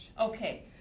okay